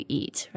eat